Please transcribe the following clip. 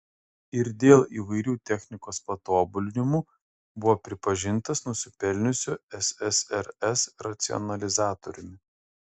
ir dėl įvairių technikos patobulinimų buvo pripažintas nusipelniusiu ssrs racionalizatoriumi